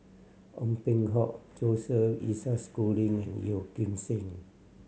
Ong Peng Hock Joseph Isaac Schooling and Yeoh Ghim Seng